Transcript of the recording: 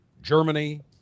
Germany